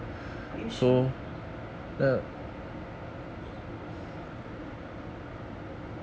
are you sure